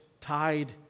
tied